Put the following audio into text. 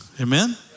Amen